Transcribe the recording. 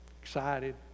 excited